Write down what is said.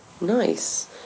Nice